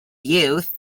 youth